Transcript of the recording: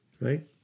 Right